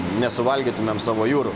nesuvalgytumėm savo jūrų